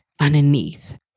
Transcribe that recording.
underneath